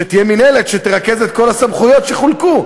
שתהיה מינהלת שתרכז את כל הסמכויות שחולקו.